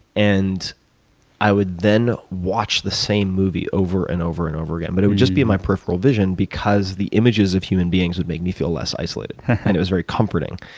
and i would then watch the same movie over and over and over again. but it would just be in my peripheral vision because the images of human beings would make me feel less isolated and it was very comforting.